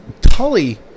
Tully